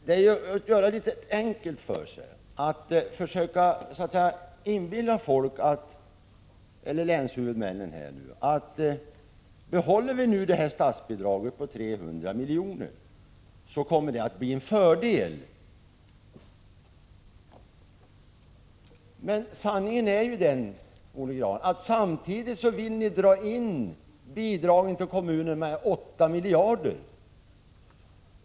Det är att göra det enkelt för sig, Olle Grahn, att försöka inbilla länshuvudmännen att om vi behåller statsbidraget på 300 miljoner så blir det en fördel. Sanningen är den, Olle Grahn, att ni samtidigt vill dra in bidragen — Prot. 1985/86:143 till kommunerna med 8 miljarder.